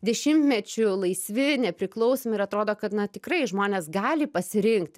dešimtmečių laisvi nepriklausomi ir atrodo kad na tikrai žmonės gali pasirinkti